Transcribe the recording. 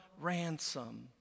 ransom